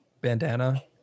bandana